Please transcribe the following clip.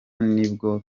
nibwo